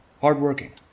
Hard-working